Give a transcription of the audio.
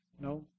No